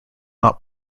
not